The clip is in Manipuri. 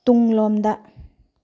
ꯇꯨꯡꯂꯣꯝꯗ